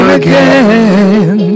again